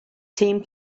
team